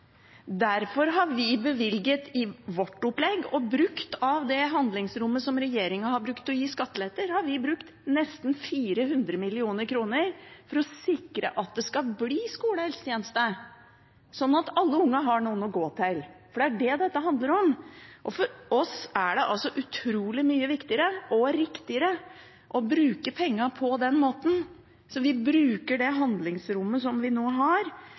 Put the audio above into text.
Derfor har vi i vårt opplegg, av det handlingsrommet som regjeringen har brukt til å gi skatteletter, bevilget og brukt nesten 400 mill. kr på å sikre at det skal bli skolehelsetjeneste, slik at alle unger har noen å gå til. Det er det dette handler om! Og for oss er det utrolig mye viktigere og riktigere å bruke pengene på den måten. Så vi bruker det handlingsrommet som vi nå har,